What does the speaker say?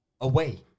away